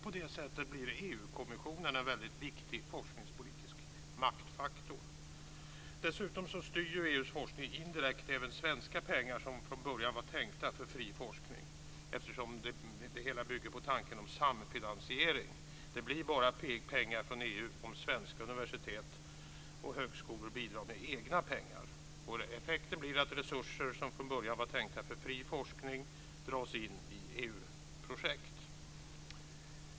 På det sättet blir EU-kommissionen en väldigt viktig forskningspolitisk maktfaktor. Dessutom styr EU:s forskning indirekt även svenska pengar som från början var tänkta för fri forskning, eftersom det hela bygger på tanken om samfinansiering - det blir bara pengar från EU om svenska universitet och högskolor bidrar med egna pengar. Effekten blir att resurser som från början var tänkta för fri forskning dras in i EU-projekt.